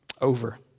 over